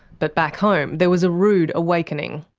but back home there was a rude awakening.